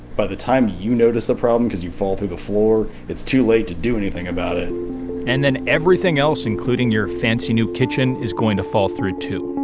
by the time you notice the problem because you fall through the floor, it's too late to do anything about it and then everything else, including your fancy new kitchen, is going to fall through, too